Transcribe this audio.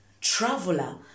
traveler